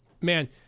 man